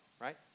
right